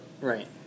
Right